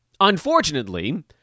Unfortunately